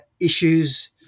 issues